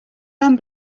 fan